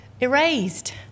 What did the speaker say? erased